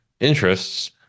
interests